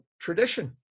tradition